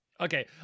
Okay